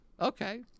Okay